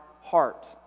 heart